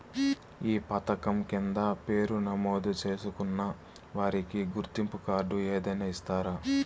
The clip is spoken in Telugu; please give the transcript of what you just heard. ఈ పథకం కింద పేరు నమోదు చేసుకున్న వారికి గుర్తింపు కార్డు ఏదైనా ఇస్తారా?